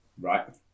right